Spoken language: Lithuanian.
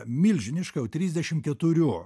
milžiniška jau trisdešimt keturių